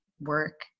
work